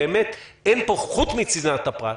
חוץ מצנעת פרט,